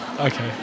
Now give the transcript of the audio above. okay